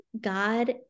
God